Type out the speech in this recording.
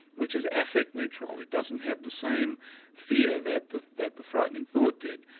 which is affect neutral, it doesn't have the same fear that the that the frightening thought did,